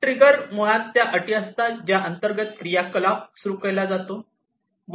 trigger मुळात त्या अटी असतात ज्या अंतर्गत क्रियाकलाप सुरू केला जातो